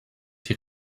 die